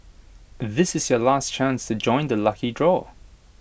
this is your last chance to join the lucky draw